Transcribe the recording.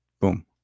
boom